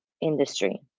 industry